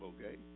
Okay